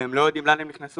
והם לא יודעים לאן הם נכנסו,